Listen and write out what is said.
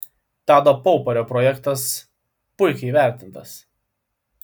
tado paupario projektas puikiai įvertintas